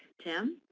tim?